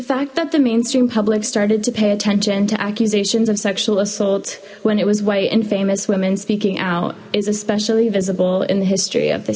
fact that the mainstream public started to pay attention to accusations of sexual assault when it was white and famous women speaking out is especially visible in the history of th